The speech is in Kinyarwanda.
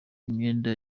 imyenda